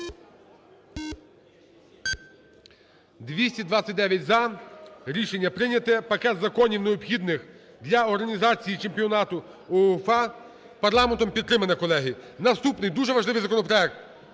229 – за. Рішення прийняте. Пакет законів, необхідних для організації чемпіонату УЄФА, парламентом підтримано, колеги. Наступний, дуже важливий законопроект.